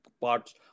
parts